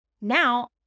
now